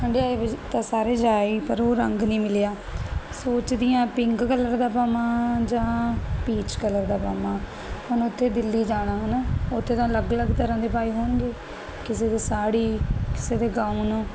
ਹੰਢਾਇਆਏ ਵਿਚ ਤਾਂ ਸਾਰੇ ਜਾ ਆਈ ਪਰ ਉਹ ਰੰਗ ਨਹੀਂ ਮਿਲਿਆ ਸੋਚਦੀ ਆ ਪਿੰਕ ਕਲਰ ਦਾ ਪਾਵਾਂ ਜਾਂ ਪੀਚ ਕਲਰ ਦਾ ਪਾਵਾਂ ਹੁਣ ਉੱਥੇ ਦਿੱਲੀ ਜਾਣਾ ਹਨਾ ਉੱਥੇ ਤਾਂ ਅਲੱਗ ਅਲੱਗ ਤਰ੍ਹਾਂ ਦੀ ਪਾਏ ਹੋਣਗੇ ਕਿਸੇ ਦੇ ਸਾੜੀ ਕਿਸੇ ਦੇ ਗਾਊਨ